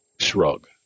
Shrug